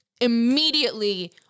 immediately